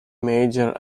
major